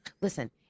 listen